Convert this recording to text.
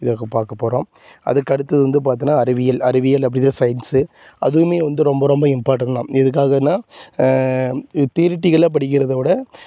இதாக்க பார்க்க போகிறோம் அதுக்கு அடுத்தது வந்து பார்த்தினா அறிவியல் அறிவியல் அப்படிங்கறது சயின்ஸு அதுவுமே வந்து ரொம்ப ரொம்ப இம்பார்ட்டண்ட் தான் எதுக்காகனால் இது தியரிட்டிக்கலாக படிக்கிறதவிட